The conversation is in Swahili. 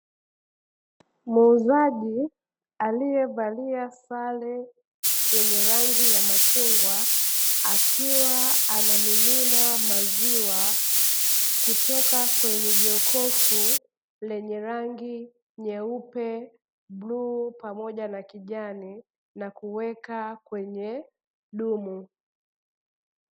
Muuzaji aliyevalia sare yenye rangi ya machungwa, akiwa anamimina maziwa kutoka kwenye jokofu lenye rangi; nyeupe, bluu na kijani, kabla ya kuwekwa kwenye dumu.